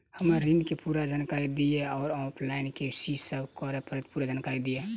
हम्मर ऋण केँ पूरा जानकारी दिय आ ऑफलाइन मे की सब करऽ पड़तै पूरा जानकारी दिय?